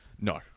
no